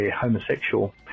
homosexual